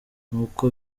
nuko